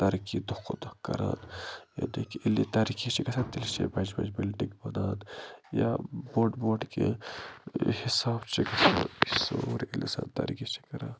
ترقی دۄہ کھۄتہٕ دۄہ کران یوتام کہ ییٚلہِ یہِ ترقی چھِ گژھان تیٚلہِ چھےٚ بَجہِ بَجہِ بِلڈِنٛگ بنان یا بوٚڈ بوٚڈ کیٚنہہ یہِ حساب چھِ گژھان یہِ سورٕے اِنسان ترقی چھِ کران